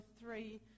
three